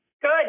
Good